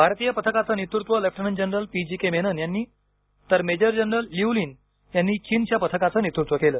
भारतीय पथकाचं नेतृत्व lieutenant general P G K Menon यांनी तर मेजर जनरल लिऊलीन यांनी चीनच्या पथकाचं नेतृत्व केलं